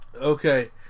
Okay